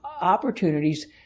opportunities